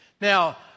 Now